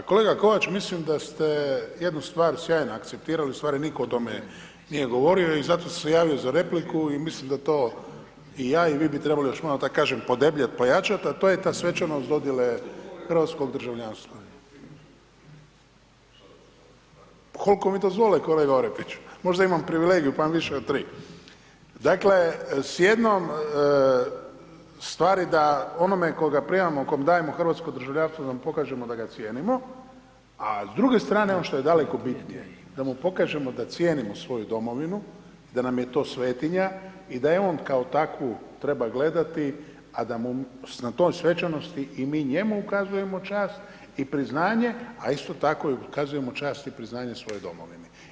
Pa kolega Kovač, mislim da ste jednu stvar sjajno akceptirali, ustvari nitko o tome nije govorio i zato sam se javio za repliku i mislim da to i ja i vi bi trebali još malo da tako kažem podebljati, pojačati a to je ta svečanost dodjele hrvatskog državljanstva. ... [[Upadica se ne čuje.]] Koliko mi dozvole kolega Orepiću, možda imam privilegiju pa imam više od 3. Dakle, s jednom stvari da onome koga primamo, kome dajemo hrvatsko državljanstvo da mu pokažemo da ga cijenimo a s druge strane ono što je daleko bitnije da mu pokažemo da cijenimo svoju Domovinu i da nam je to svetinja i da je on kao takvu treba gledati a da mu na toj svečanosti i mi njemu ukazujemo čast i priznanje a isto tako i ukazujemo čast i priznanje svojoj Domovini.